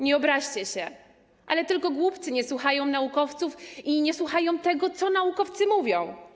Nie obraźcie się, ale tylko głupcy nie słuchają naukowców, nie słuchają tego, co naukowcy mówią.